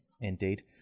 Indeed